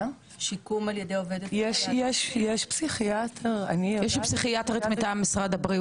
יש פסיכיאטרית מטעם משרד הבריאות.